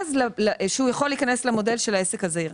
שהוא יכול להיכנס למודל של העסק הזה.